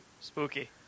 spooky